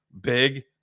big